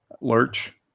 Lurch